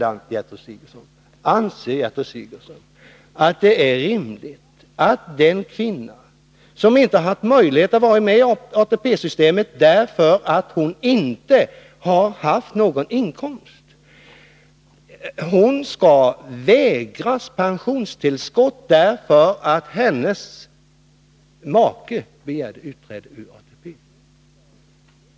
Anser vidare Gertrud Sigurdsen att det är rimligt att den kvinna som inte haft möjlighet att vara med i ATP-systemet därför att hon inte haft någon inkomst skall vägras pensionstillskott på grund av att hennes make begärt utträde ur ATP?